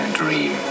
dream